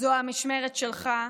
זו המשמרת שלך,